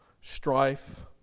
strife